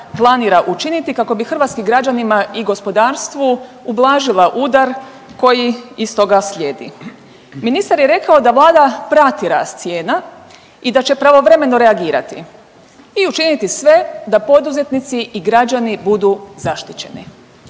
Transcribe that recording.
planira učiniti kako bi hrvatskim građanima i gospodarstvu ublažila udar koji iz toga slijedi. Ministar je rekao da Vlada prati rast cijena i da će pravovremeno reagirati i učiniti sve da poduzetnici i građani budu zaštićeni.